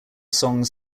songs